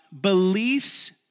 beliefs